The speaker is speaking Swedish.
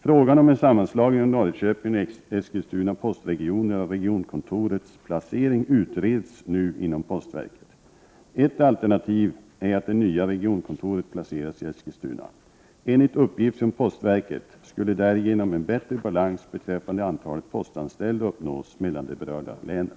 Frågan om en sammanslagning av Norrköpings och Eskilstuna postregion och regionkontorets placering utreds nu inom postverket. Ett alternativ är att det nya regionkontoret placeras i Eskilstuna. Enligt uppgift från postverket skulle därigenom en bättre balans beträffande antalet postanställda uppnås mellan de berörda länen.